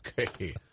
Okay